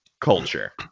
culture